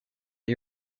you